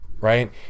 right